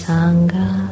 Sangha